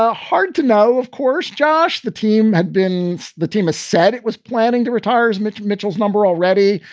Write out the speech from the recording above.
ah hard to know, of course, josh. the team had been the team. it said it was planning to retire as mitch mitchell's number already.